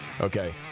Okay